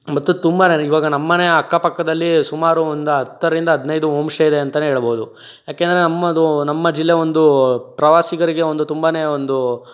ಮತ್ತು ತುಂಬನೇ ಇವಾಗ ನಮ್ಮನೆ ಅಕ್ಕ ಪಕ್ಕದಲ್ಲಿ ಸುಮಾರು ಒಂದು ಹತ್ತರಿಂದ ಹದಿನೈದು ಹೋಮ್ ಸ್ಟೇ ಇದೇ ಅಂತಲೇ ಹೇಳಬಹುದು ಯಾಕೆಂದ್ರೆ ನಮ್ಮದು ನಮ್ಮ ಜಿಲ್ಲೆ ಒಂದು ಪ್ರವಾಸಿಗರಿಗೆ ಒಂದು ತುಂಬನೇ ಒಂದು